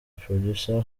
producer